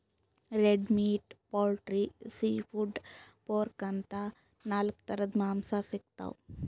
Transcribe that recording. red meat, poultry, seafood, pork ಅಂತಾ ನಾಲ್ಕ್ ಥರದ್ ಮಾಂಸಾ ಸಿಗ್ತವ್